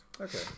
Okay